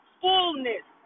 fullness